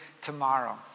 tomorrow